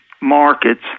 markets